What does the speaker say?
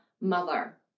mother